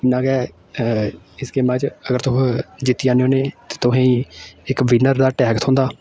इ'यां गै इस गेमां च अगर तुस जित्ती जन्ने होन्ने ते तुसें गी इक विनर दा टैग थ्होंदा